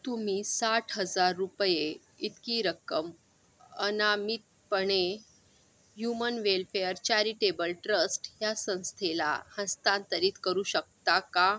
तुम्ही साठ हजार रुपये इतकी रक्कम अनामितपणे ह्युमन वेल्फेअर चॅरिटेबल ट्रस्ट ह्या संस्थेला हस्तांतरित करू शकता का